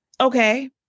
Okay